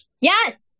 Yes